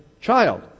child